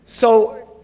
so,